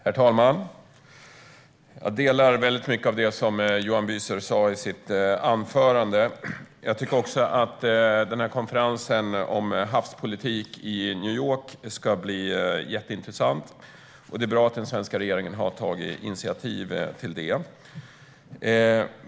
Herr talman! Jag håller med om väldigt mycket av det som Johan Büser sa i sitt anförande. Jag tycker också att konferensen i New York om havspolitik ska bli jätteintressant, och det är bra att den svenska regeringen har tagit initiativ till den.